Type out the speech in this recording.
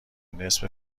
نصف